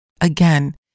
Again